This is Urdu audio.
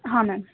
ہاں میم